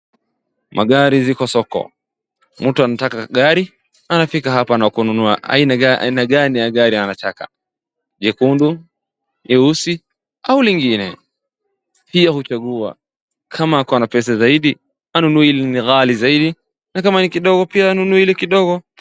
Magari ziko soko. Mtu anataka gari anafika hapa na kununua aina gani ya gari anataka nyekundu, nyeusi au lingine. Hiyo huchagua kama ako na pesa zaidi anunue lenye zaidi na kama ni kidogo anunue kidogo.